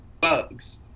bugs